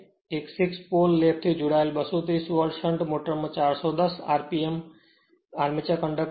એક 6 pole lap થી જોડાયેલ 230 વોલ્ટ શંટ મોટરમાં 410 આર્મેચર કંડક્ટર છે